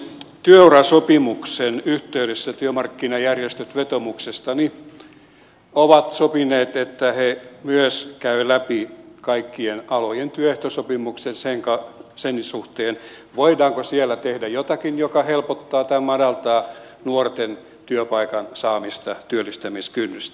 työurasopimuksen yhteydessä työmarkkinajärjestöt ovat vetoomuksestani sopineet että ne myös käyvät läpi kaikkien alojen työehtosopimukset sen suhteen voidaanko siellä tehdä jotakin joka helpottaa tai madaltaa nuorten työpaikan saamista työllistämiskynnystä